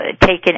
taken